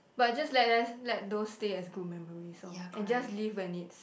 but just let them let those stay as good memories lor and just leave when it's